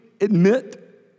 admit